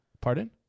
Pardon